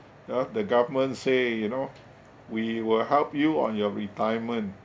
ah the government say you know we will help you on your retirement